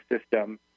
system